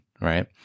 right